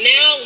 Now